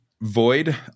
void